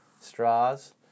Straws